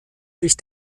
sich